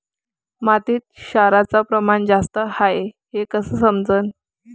मातीत क्षाराचं प्रमान जास्त हाये हे कस समजन?